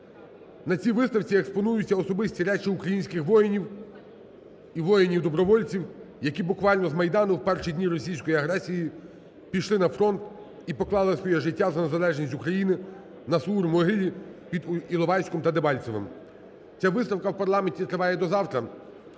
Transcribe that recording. На цій виставці експонуються особисті речі українських воїнів і воїнів-добровольців, які буквально з Майдану у перші дні російської агресії пішли на фронт і поклали своє життя за незалежність України на Савур-Могилі, під Іловайськом та Дебальцевим. Ця виставка у парламенті триває до завтра,